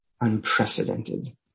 unprecedented